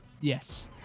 yes